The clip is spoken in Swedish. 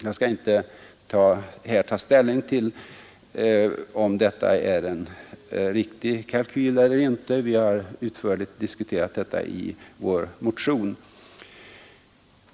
Jag skall inte här ta ställning till om detta är en riktig kalkyl eller inte. Vi har utförligt diskuterat detta i vår motion.